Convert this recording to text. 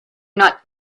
not